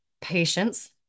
patience